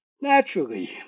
Naturally